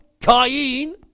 Cain